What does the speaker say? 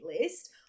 list